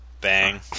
Bang